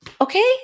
okay